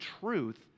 truth